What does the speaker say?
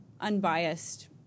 unbiased